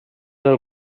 del